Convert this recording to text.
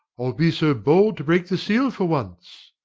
i'll be so bold to break the seal for once.